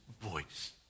voice